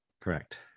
Correct